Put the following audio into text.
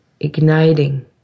igniting